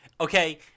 okay